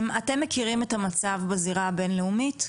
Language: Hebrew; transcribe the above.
אתם מכירים את המצב בזירה הבין-לאומית?